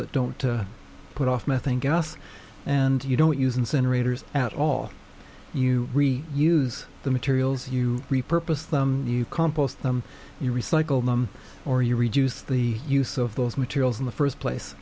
that don't put off methane gas and you don't use incinerators at all you use the materials you repurpose them you compost them you recycle them or you reduce the use of those materials in the first place